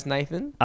Nathan